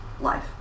life